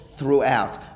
Throughout